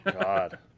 God